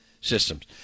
Systems